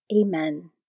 Amen